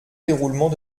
déroulement